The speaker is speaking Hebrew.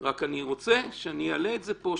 רק אני רוצה שכשאני אעלה את זה פה,